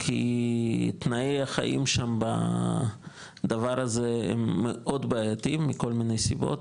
כי תנאי החיים שם בדבר הזה הם מאוד בעייתיים מעל מני סיבות,